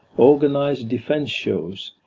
organised defence shows,